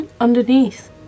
Underneath